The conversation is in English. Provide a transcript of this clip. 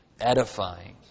edifying